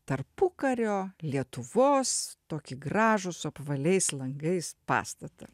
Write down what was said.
tarpukario lietuvos tokį gražų su apvaliais langais pastatą